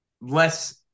less